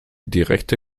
direkte